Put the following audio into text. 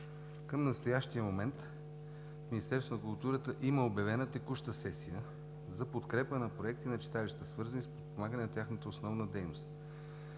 Към настоящия момент в Министерството на културата има обявена текуща сесия за подкрепа на проекти на читалища, свързани с подпомагане на тяхната основна дейност.